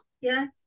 yes